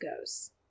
goes